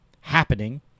happening